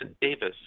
Davis